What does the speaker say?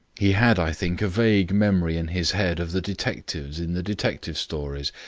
he had, i think, a vague memory in his head of the detectives in the detective stories,